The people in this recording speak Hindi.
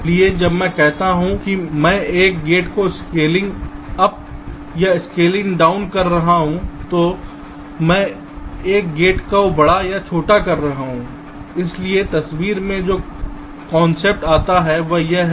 इसलिए जब मैं कहता हूं कि मैं एक गेट को स्केलिंग अप या स्केलिंग डाउन कर रहा हूं तो मैं एक गेट को बड़ा या छोटा कर रहा हूं इसलिए तस्वीर में जो कॉन्सेप्ट आता है वह यह है